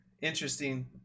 interesting